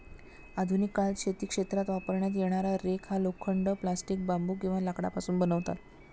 आधुनिक काळात शेती क्षेत्रात वापरण्यात येणारा रेक हा लोखंड, प्लास्टिक, बांबू किंवा लाकडापासून बनवतात